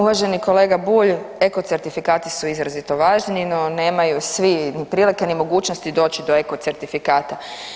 Uvaženi kolega Bulj, eko certifikati su izrazito važni, no nemaju svi prilike ni mogućnosti doći do eko certifikata.